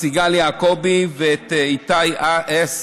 סיגל יעקובי, ולאיתי הס,